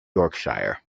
yorkshire